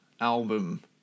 album